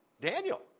Daniel